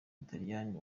butaliyani